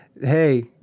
Hey